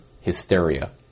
hysteria